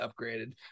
upgraded